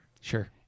Sure